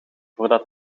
voordat